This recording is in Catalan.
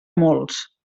molts